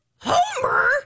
Homer